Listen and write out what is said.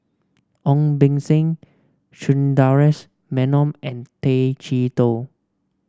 Ong Beng Seng Sundaresh Menon and Tay Chee Toh